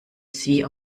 sie